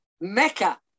Mecca